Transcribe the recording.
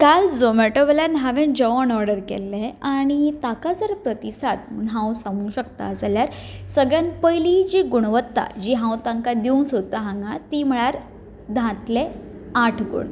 काल झोमॅटो वयल्यान हांवेन जेवण ऑर्डर केल्लें आनी ताका जर प्रतिसाद म्हण हांव सांगूंक शकता जाल्यार सगळ्यान पयली जी गुणवत्ता जी हांव तांकां दिवं सोदता हांगां ती म्हळ्यार धांतले आठ गूण